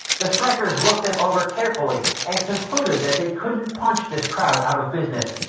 the strikers looked them over carefully and concluded that they couldn't punch this crowd out of business.